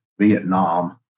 Vietnam